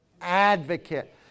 Advocate